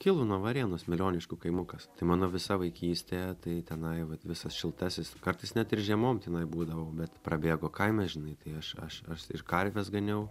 kilų nuo varėnos milioniškių kaimukas tai mano visa vaikystė tai tenai vat visas šiltasis kartais net ir žiemom tenai būdavau bet prabėgo kaime žinai tai aš aš aš ir karves ganiau